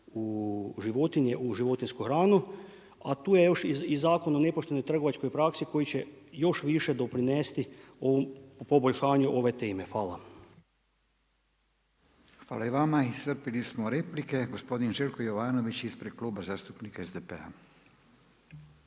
u životinje, u životinjsku hranu, a tu je još i Zakon o nepoštenoj trgovačkoj praksi, koju će još više doprinesti ovom, poboljšanju ove teme Hvala. **Radin, Furio (Nezavisni)** Hvala i vama Iscrpili smo replike, gospodin Željko Jovanović ispred Kluba zastupnika SDP-a.